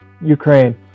Ukraine